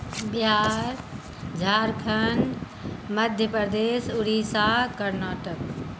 Bihar Jharkhand Madhya Pradesh Orissa Karnataka